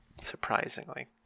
Surprisingly